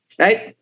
right